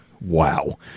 Wow